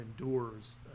endures